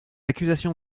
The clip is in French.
accusation